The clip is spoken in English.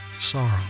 sorrow